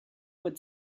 would